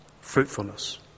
fruitfulness